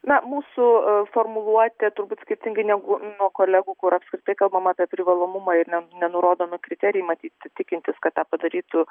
na mūsų formuluotė turbūt skirtingai negu nuo kolegų kur apskritai kalbama apie privalomumą ir ne nenurodomi kriterijai matyt tikintis kad tą padarytų